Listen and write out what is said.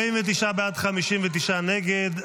49 בעד, 59 נגד.